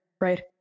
right